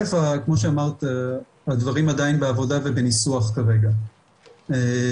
אלף כמו שאמרת הדברים עדיין בעבודה ובניסוח כרגע ובאמת